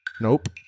Nope